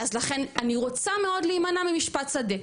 אז לכן אני רוצה מאוד להימנע ממשפט שדה,